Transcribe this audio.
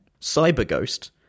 CyberGhost